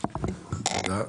תודה.